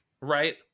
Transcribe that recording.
right